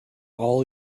all